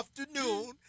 afternoon